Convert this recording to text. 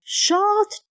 short